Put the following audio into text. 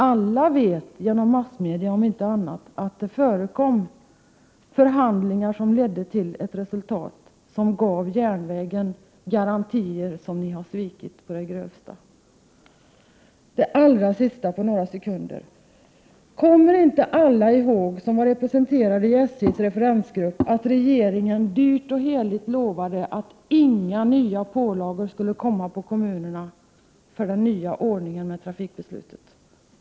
Alla vet ju genom massmedia, om inte annat, att det har förekommit förhandlingar som har lett till ett resultat, som gav järnvägarna garantier som ni har svikit på det grövsta. Allra sist: Kommer ni alla som var representerade i SJ:s referensgrupp ihåg att regeringen dyrt och heligt lovade att inga nya pålagor skulle läggas på kommunerna på grund av den nya ordningen för trafiken?